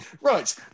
Right